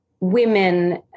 women